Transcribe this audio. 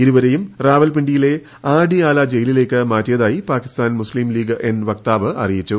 ഇരുവരേയും റാവൽ പിണ്ടിയിലെ അടിആല ജയിലിലേയ്ക്ക് മാറ്റിയതായി പാകിസ്ഥാൻ മുസ്ലീം ലീഗ് എൻ വക്താവ് അറിയിച്ചു